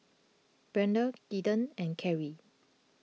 Brendan Kaeden and Carry